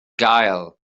gael